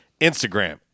Instagram